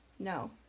No